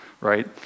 right